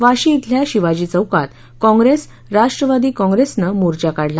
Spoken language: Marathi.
वाशी इथल्या शिवाजी चौकात कॉप्रेस राष्ट्रवादी कॉप्रेसनं मोर्चा काढला